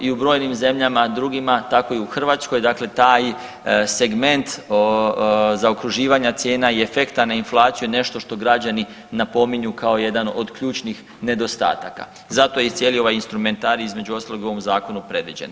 I u brojnim zemljama drugima tako i u Hrvatskoj taj segment zaokruživanja cijena i efekta na inflaciju je nešto što građani napominju kao jedan od ključnih nedostataka, zato i cijeli ovaj instrumentarij je između ostalog u ovom zakonu predviđen.